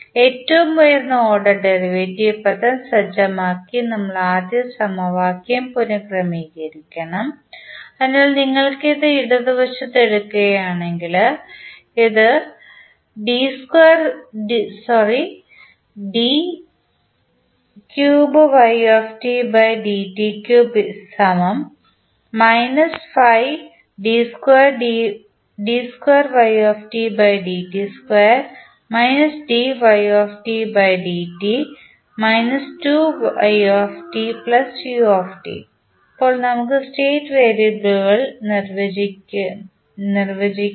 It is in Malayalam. ഏറ്റവും ഉയർന്ന ഓർഡർ ഡെറിവേറ്റീവ് പദം സജ്ജമാക്കി നമ്മൾ ആദ്യം സമവാക്യം പുനക്രമീകരിക്കണം അതിനാൽ നിങ്ങൾ ഇത് ഇടതുവശത്ത് എടുക്കുകയാണെങ്കിൽ ഇത് മാറും ഇപ്പോൾ നമുക്ക് സ്റ്റേറ്റ് വേരിയബിളുകൾ നിർവചിക്കാം